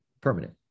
Permanent